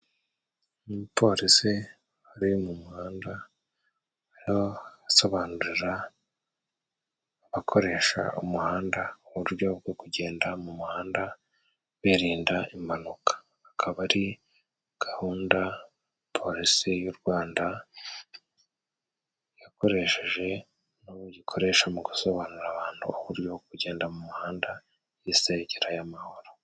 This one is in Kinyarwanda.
Uyu mupolisi ari mu muhanda, ariho asobanurira abakoresha umuhanda uburyo bwo kugenda mu muhanda birinda impanuka. Akaba ari gahunda polisi y'u Rwanda yakoresheje n'ubu igikoresha mu gusobanurira abantu uburyo bwo kugenda mu muhanda bise gerayo amahoro.